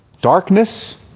Darkness